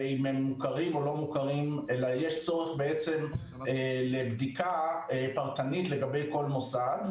ואם הם מוכרים או לא מוכרים; אלא יש צורך בבדיקה פרטנית לגבי כל מוסד.